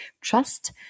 trust